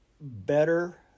better